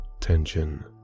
tension